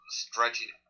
stretching